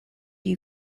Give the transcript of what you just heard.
you